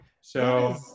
So-